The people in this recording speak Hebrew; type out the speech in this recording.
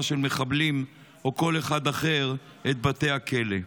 של מחבלים או כל אחד אחר על בתי הכלא.